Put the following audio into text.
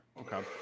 Okay